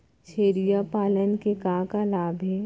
छेरिया पालन के का का लाभ हे?